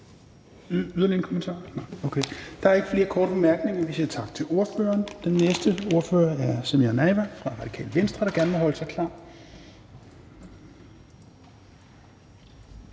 Yderligere en kommentar? Nej, okay. Der er ikke flere korte bemærkninger, og så siger vi tak til ordføreren. Den næste ordfører er Samira Nawa fra Det Radikale Venstre, der gerne må holde sig klar.